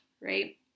right